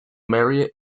maria